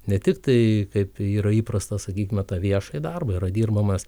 ne tik tai kaip yra įprasta sakyt na tą viešajį darbą yra dirbamas